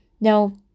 No